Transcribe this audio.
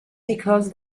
because